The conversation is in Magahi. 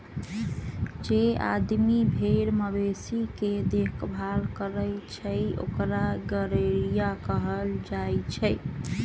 जे आदमी भेर मवेशी के देखभाल करई छई ओकरा गरेड़िया कहल जाई छई